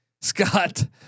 Scott